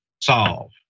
solve